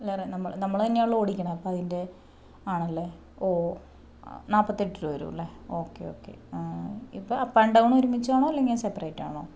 നമ്മൾ തന്നെയാണല്ലോ ഓടിക്കുന്നത് അപ്പോൾ അതിൻ്റെ ആണല്ലേ ഓ നാൽപ്പത്തി എട്ട് രൂപ വരും അല്ലെ ഒകെ ഒകെ ഇപ്പോൾ അപ്പ് ആൻഡ് ഡൗൺ ഒരുമിച്ചാണോ അല്ലെങ്കിൽ സെപ്പറേറ്റ് ആണോ